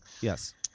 Yes